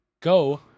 Go